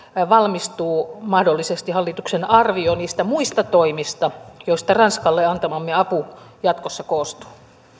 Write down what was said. valmistuu mahdollisesti hallituksen arvio niistä muista toimista joista ranskalle antamamme apu jatkossa koostuu